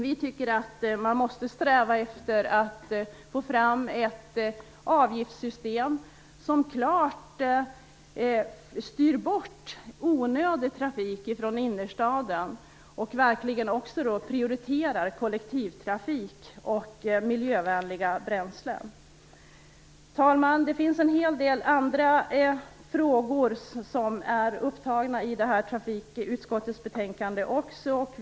Vi tycker att man måste sträva efter att få fram ett avgiftssystem som klart styr bort onödig trafik från innerstaden och verkligen prioriterar kollektivtrafik och miljövänliga bränslen. Herr talman! Det finns en hel del andra frågor som också är upptagna i trafikutskottets betänkande.